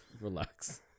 Relax